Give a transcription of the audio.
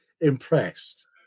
impressed